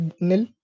nil